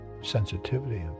sensitivity